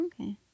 okay